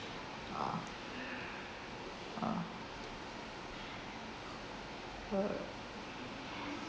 ah ah uh